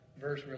verse